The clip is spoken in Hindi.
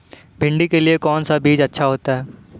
भिंडी के लिए कौन सा बीज अच्छा होता है?